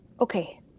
Okay